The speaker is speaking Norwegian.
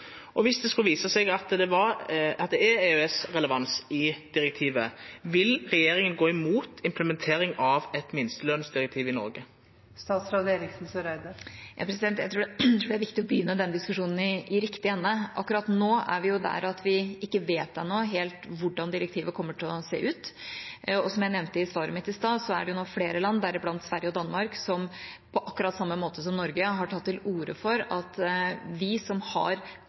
er EØS-relevans i direktivet, vil regjeringa gå mot implementering av eit minstelønsdirektiv i Noreg? Jeg tror det er viktig å begynne den diskusjonen i riktig ende. Akkurat nå er vi der at vi ennå ikke helt vet hvordan direktivet kommer til å se ut. Som jeg nevnte i svaret mitt i stad, er det nå flere land, deriblant Sverige og Danmark, som på akkurat samme måte som Norge har tatt til orde for at vi som har